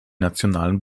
nationalen